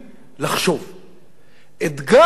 אתגר לחשוב עוד הפעם.